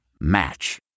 Match